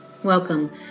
Welcome